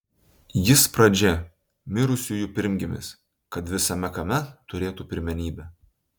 jis pradžia mirusiųjų pirmgimis kad visame kame turėtų pirmenybę